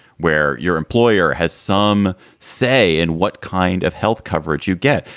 where your employer has some say in what kind of health coverage you get.